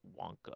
Wonka